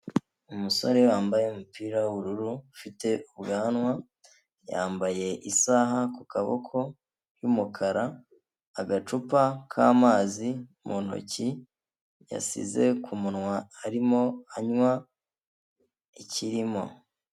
Umusore wambaye umupira w'ubururu ufite ubwanwa, yambaye isaha ku kaboko y'umukara agacupa k'amazi mu ntoki yasize ku muwa arimo anywa ikirimo.